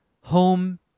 home